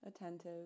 Attentive